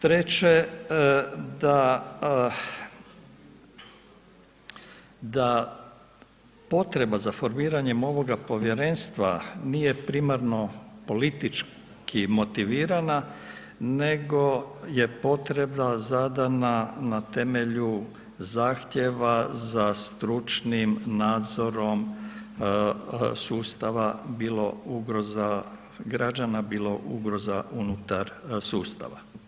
Treće, da potreba za formiranjem ovoga povjerenstva nije primarno politički motivirana nego je potreba zadana na temelju zahtjeva za stručnim nadzorom sustava bilo ugroza, bilo ugroza unutar sustava.